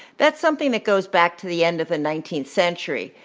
that's something that goes back to the end of the nineteenth century,